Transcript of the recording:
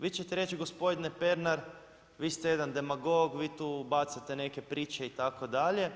Vi ćete reći, gospodine Pernar vi ste jedan demagog, vi tu bacate neke priče itd.